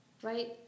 right